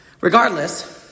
Regardless